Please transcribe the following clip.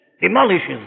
demolishes